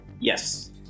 Yes